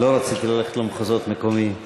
לא רציתי ללכת למחוזות מקומיים.